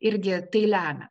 irgi tai lemia